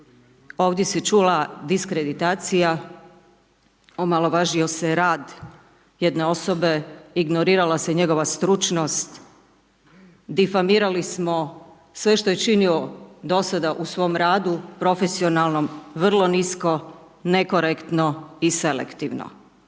Ovdje se čula diskreditacija, omalovažio se rad jedne osobe, ignorirala se njegova stručnost, difarmirali smo sve što je činio do sada u svom radu, profesionalnom, vrlo nisko, nekorektno i selektivno.